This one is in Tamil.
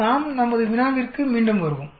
நாம் நமது வினாவிற்கு மீண்டும் வருவோம்